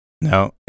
No